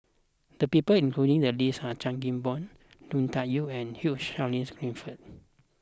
the people included in the list are Chan Kim Boon Lui Tuck Yew and Hugh Charles Clifford